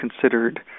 considered